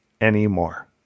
anymore